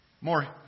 more